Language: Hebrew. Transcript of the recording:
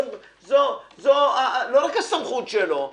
זו לא רק הסמכות שלו;